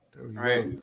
Right